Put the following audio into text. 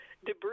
debris